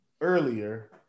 earlier